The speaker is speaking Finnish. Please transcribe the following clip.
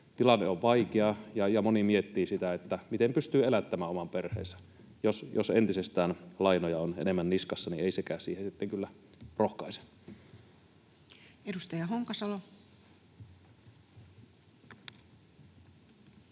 taloustilanne on vaikea, ja moni miettii sitä, miten pystyy elättämään oman perheensä. Jos entisestään lainoja on enemmän niskassa, niin ei sekään siihen kyllä rohkaise. [Speech 220]